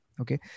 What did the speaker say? okay